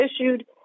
issued